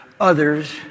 others